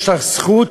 יש לך זכות,